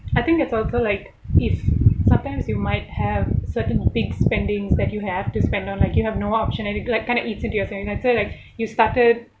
I think it's also like if sometimes you might have certain big spendings that you have to spend on like you have no more option and it like kind of eats into your savings like let's say like you started